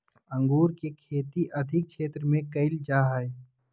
अंगूर के खेती अधिक क्षेत्र में कइल जा हइ